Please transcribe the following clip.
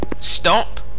Stop